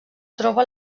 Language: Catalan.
troba